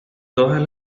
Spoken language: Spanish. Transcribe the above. todas